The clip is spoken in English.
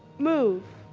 move.